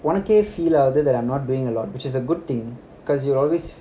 உனக்கே:unake feel ஆகுது:aaguthu that I'm not doing a lot which is a good thing because you always